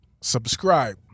subscribe